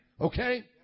Okay